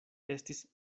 estis